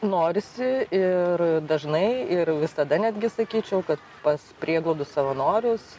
norisi ir dažnai ir visada netgi sakyčiau kad pas prieglaudų savanorius